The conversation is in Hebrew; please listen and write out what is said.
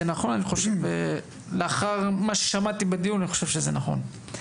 נכון ולאחר מה ששמעתי בדיון אני חושב שזה נכון.